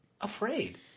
afraid